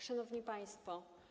Szanowni Państwo!